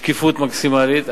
שקיפות מקסימלית,